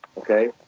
okay?